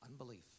Unbelief